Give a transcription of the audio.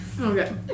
Okay